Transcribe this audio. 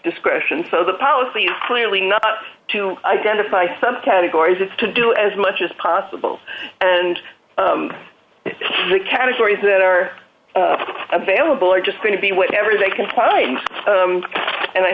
discretion so the policy is clearly not to identify some categories it's to do as much as possible and the categories that are available are just going to be whatever they can and